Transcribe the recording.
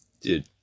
Dude